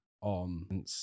on